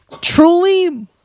Truly